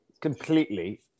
completely